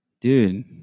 dude